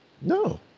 No